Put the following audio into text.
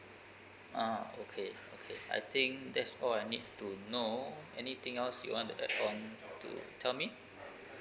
ah okay okay I think that's all I need to know anything else you want to add on to tell me